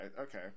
Okay